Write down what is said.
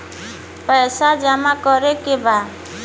पैसा जमा करे के बा?